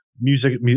music